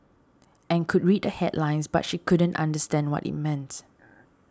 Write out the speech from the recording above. and could read the headlines but she couldn't understand what it meant